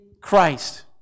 Christ